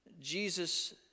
Jesus